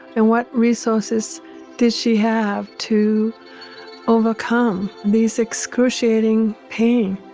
and what resources did she have to overcome these excruciating pain?